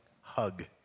hug